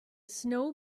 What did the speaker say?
snow